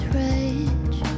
rage